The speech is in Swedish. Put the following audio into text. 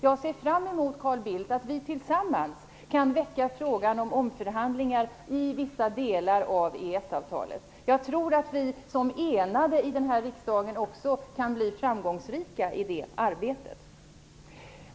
Jag ser fram emot, Carl Bildt, att vi tillsammans kan väcka frågan om omförhandlingar i vissa delar av EES-avtalet. Jag tror att vi som enade i denna riksdag kan bli framgångsrika i det arbetet.